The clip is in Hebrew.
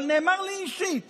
אבל נאמר לי אישית